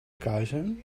kuisen